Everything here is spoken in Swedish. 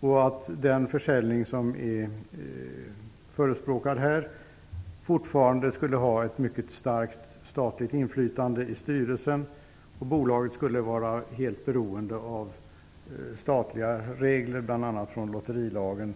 Efter den försäljning som här förespråkas skulle styrelsen fortfarande ha ett mycket starkt statligt inflytande, och bolaget skulle vara helt beroende av statliga regler, bl.a. lotterilagen.